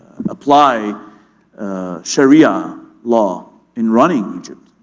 apply sharia law in running egypt.